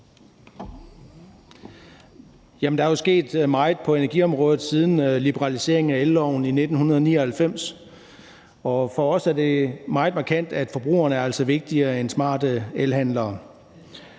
der er sket meget på energiområdet siden liberaliseringen af elloven i 1999, og for os er det meget markant, at forbrugerne altså er vigtigere end smarte elhandlere.